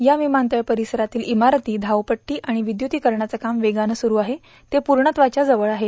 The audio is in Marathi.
या विमानतळ परिसरातील इमारती बावपट्टी आणि विप्रतीकरणाचं काम वेगानं सुरू असून ते पूर्णत्वाष्या जवळ आहे